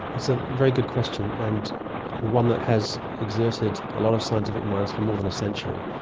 it's a very good question and and one that has exerted a lot of scientific minds for more than a century.